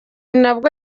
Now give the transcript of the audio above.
nabwo